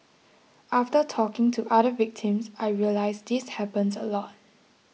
after talking to other victims I realised this happens a lot